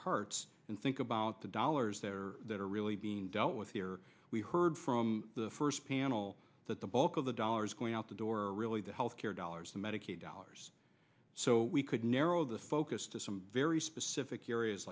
parts and think about the dollars there that are really being dealt with here we heard from the first panel that the bulk of the dollars going out the door really the health care dollars the medicaid dollars so we could narrow this focus to some very specific areas